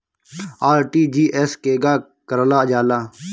RTGS केगा करलऽ जाला?